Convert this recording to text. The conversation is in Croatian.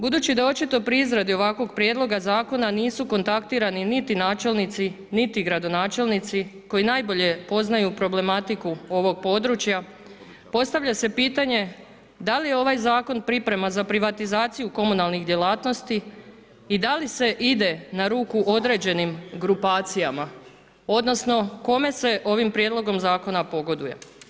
Budući da očito pri izradi ovakvog prijedloga zakona nisu kontaktirani niti načelnici, niti gradonačelnici koji najbolje poznaju problematiku ovog područja postavlja se pitanje da li ovaj zakon priprema za privatizaciju komunalnih djelatnosti i da li se ide na ruku određenim grupacijama, odnosno kome se ovim prijedlogom zakona pogoduje?